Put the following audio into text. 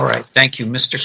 all right thank you m